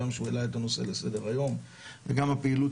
גם שהוא העלה את הנושא לסדר היום וגם הפעילות